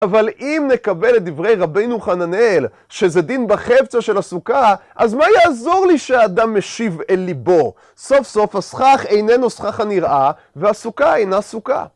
אבל אם נקבל את דברי רבינו חננאל, שזה דין בחפצא של הסוכה, אז מה יעזור לי שהאדם משיב אל ליבו? סוף סוף הסכך איננו סכך הנראה, והסוכה אינה סוכה.